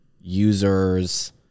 users